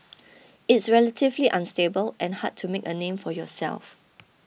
it's relatively unstable and hard to make a name for yourself